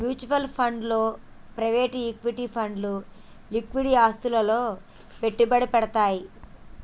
mutual funds లో private equity ఫండ్లు liquid ఆస్తులలో పెట్టుబడి పెడ్తయ్